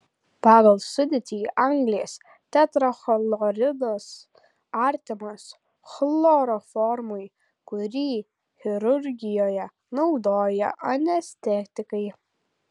pagal sudėtį anglies tetrachloridas artimas chloroformui kurį chirurgijoje naudoja anestetikai